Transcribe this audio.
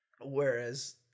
Whereas